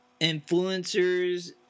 influencers